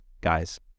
guys